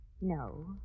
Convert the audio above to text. No